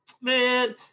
man